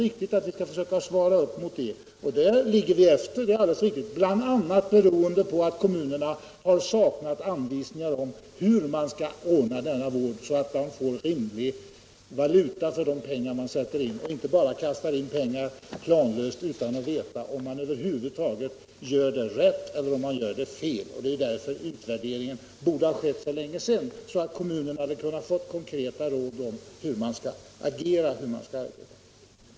Naturligtvis skall vi försöka svara upp också mot det kravet, och det är riktigt att vi där ligger efter, bl.a. beroende på att kommunerna har 141 saknat anvisningar om hur man skall ordna vården så att man får rimlig valuta för de pengar som satsas och inte bara kastar in pengar planlöst utan att veta om man över huvud taget gör rätt eller fel. Det är därför som utvärderingen borde ha gjorts för länge sedan, så att man i kommunerna hade fått konkreta råd om hur man skall agera och arbeta.